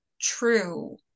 true